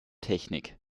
technik